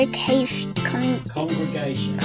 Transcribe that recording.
congregation